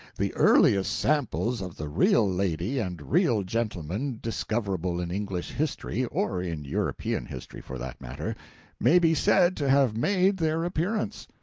the earliest samples of the real lady and real gentleman discoverable in english history or in european history, for that matter may be said to have made their appearance.